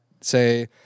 say